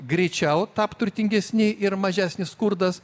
greičiau tapt turtingesni ir mažesnis skurdas